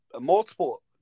multiple